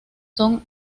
son